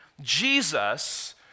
Jesus